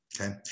okay